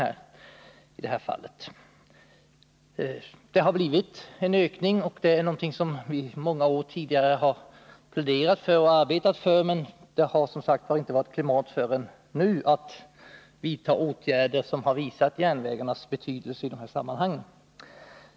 Vi har i många år pläderat för och arbetat för ökat tågresande, men inte förrän nu har det varit klimat för att vidta åtgärder som visat järnvägarnas betydelse.